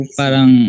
parang